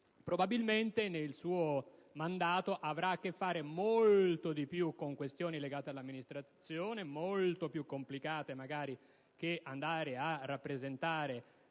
Probabilmente nel suo mandato avrà a che fare molto di più con questioni legate all'amministrazione, magari molto più complicate che andare a rappresentare